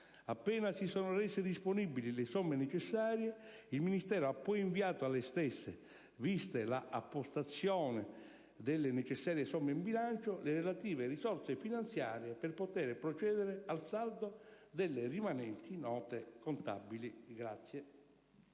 Appena si sono rese disponibili le somme necessarie, il Ministero ha poi inviato alle stesse, vista la appostazione delle necessarie somme in bilancio, le relative risorse finanziarie per poter procedere al saldo delle rimanenti note contabili.